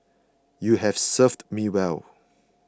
you have served me well